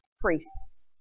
priests